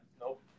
Nope